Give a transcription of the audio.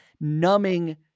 numbing